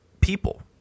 people